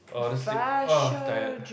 I wanna sleep tired